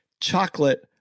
chocolate